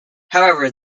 however